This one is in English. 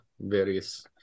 various